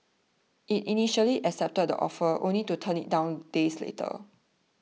it initially accepted the offer only to turn it down days later